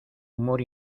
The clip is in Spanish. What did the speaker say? humor